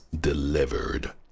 delivered